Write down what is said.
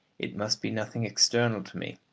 it must be nothing external to me.